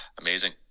amazing